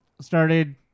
started